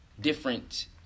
different